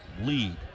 lead